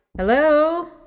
Hello